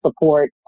support